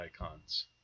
icons